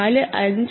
45mm ഉണ്ട്